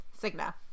Cigna